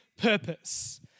purpose